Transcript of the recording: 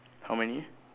how many